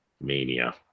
mania